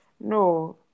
no